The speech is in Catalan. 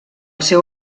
seu